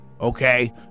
okay